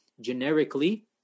generically